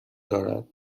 دارد